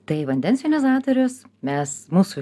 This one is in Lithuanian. tai vandens jonizatorius mes mūsų